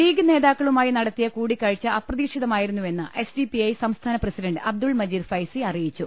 league നേതാക്കളുമായി നടത്തിയ കൂടിക്കാഴ്ച അപ്രതീക്ഷി തമായിരുന്നുവെന്ന് എസ് ഡി പി ഐ സംസ്ഥാന പ്രസിഡണ്ട് അബ്ദുൾ മജീദ് ഫൈസി അറിയിച്ചു